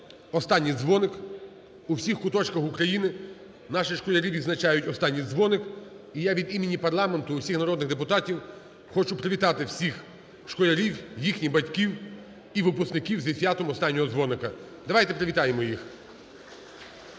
останній дзвоник у всіх куточках України, наші школярі відзначають останній дзвоник. І я від імені парламенту, усіх народних депутатів хочу привітати всіх школярів, їхніх батьків і випускників зі святом останнього дзвоника. Давайте привітаємо їх.